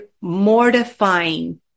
mortifying